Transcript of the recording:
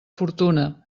fortuna